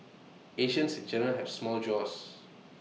Asians in general have small jaws